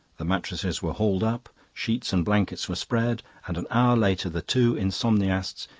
the mattresses were hauled up, sheets and blankets were spread, and an hour later the two insomniasts,